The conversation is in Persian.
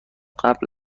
قبل